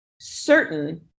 certain